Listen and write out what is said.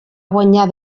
guanyar